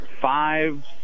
five